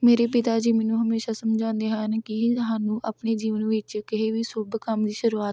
ਮੇਰੇ ਪਿਤਾ ਜੀ ਮੈਨੂੰ ਹਮੇਸ਼ਾਂ ਸਮਝਾਉਂਦੇ ਹਨ ਕਿ ਸਾਨੂੰ ਆਪਣੇ ਜੀਵਨ ਵਿੱਚ ਕਿਸੇ ਵੀ ਸ਼ੁੱਭ ਕੰਮ ਦੀ ਸ਼ੁਰੂਆਤ